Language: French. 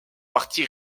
parti